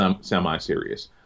semi-serious